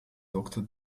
doktor